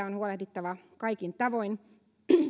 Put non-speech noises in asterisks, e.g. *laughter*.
*unintelligible* on huolehdittava kaikin tavoin